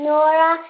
Nora